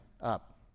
up